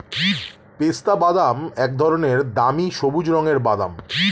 পেস্তাবাদাম এক ধরনের দামি সবুজ রঙের বাদাম